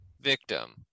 victim